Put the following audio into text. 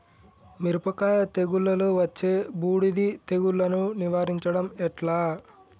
మిరపకాయ తెగుళ్లలో వచ్చే బూడిది తెగుళ్లను నివారించడం ఎట్లా?